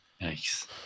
Nice